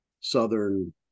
southern